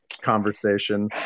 conversation